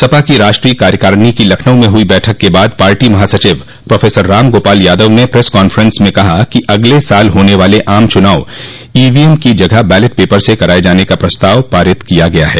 सपा की राष्ट्रीय कार्यकारिणी की लखनऊ में हुई बैठक के बाद पार्टी महासचिव प्रोफसर राम गोपाल यादव ने प्रेस काफ्रेंस में कहा कि अगले साल होने वाले आम चुनाव ईवीएम की जगह बैलेट पेपर से कराये जाने का प्रस्ताव पारित किया गया है